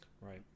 Right